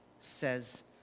says